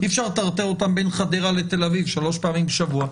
אי אפשר לטרטר אותם בין חדרה לתל אביב שלוש פעמים בשבוע,